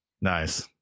Nice